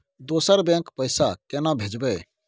दोसर बैंक पैसा केना भेजबै?